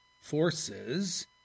forces